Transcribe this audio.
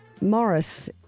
Morris